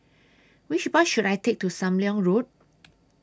Which Bus should I Take to SAM Leong Road